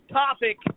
topic